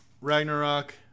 Ragnarok